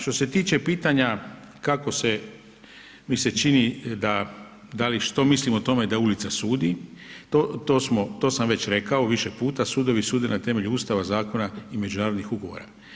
Što se tiče pitanja kako se, mi se čini da, da li što mislim o tome da ulica sudi, to sam već rekao više puta, sudovi sude na temelju Ustava, zakona i međunarodnih ugovora.